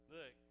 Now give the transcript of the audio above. Look